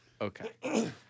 Okay